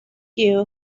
you